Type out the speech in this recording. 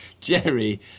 Jerry